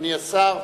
אדוני השר.